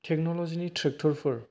टेक्नल'जिनि ट्रेक्टरफोर